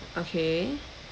okay